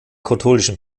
katholischen